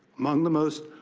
among the most